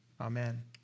Amen